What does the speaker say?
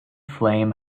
flame